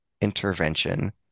intervention